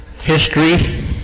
history